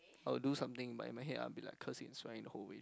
I will do something in my my head are be like curse and swear the whole way